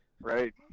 Right